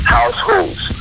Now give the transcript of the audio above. households